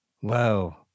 Whoa